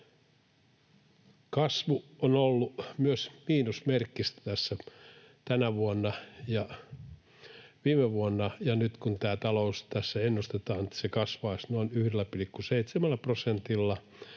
Kasvu on ollut myös miinusmerkkistä tässä tänä vuonna ja viime vuonna, ja nyt kun tässä ennustetaan, että talous kasvaisi noin 1,7 prosentilla,